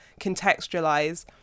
contextualize